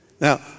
Now